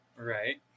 Right